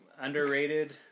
underrated